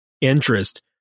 interest